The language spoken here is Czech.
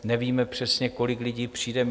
Nevíme přesně, kolik lidí přijde.